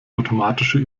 automatische